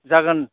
जागोन